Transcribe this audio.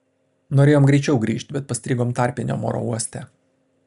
norėjom greičiau grįžt bet pastrigom tarpiniam oro uoste